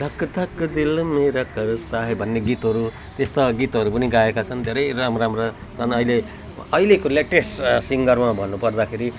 धक धक दिल मेरा तरसता है भन्ने गीतहरू त्यस्ता गीतहरू पनि गाएका छन् धेरै राम्रा राम्रा छन् अहिले अहिलेको लेटेस्ट सिङ्गरमा भन्नुपर्दाखेरि